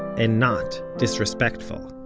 and not disrespectful.